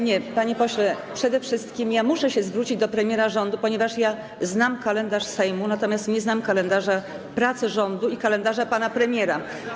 Nie, panie pośle, przede wszystkim muszę się zwrócić do premiera rządu, ponieważ znam kalendarz Sejmu, natomiast nie znam kalendarza pracy rządu i kalendarza pana premiera.